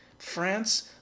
France